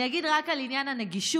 אני אגיד רק על עניין הנגישות,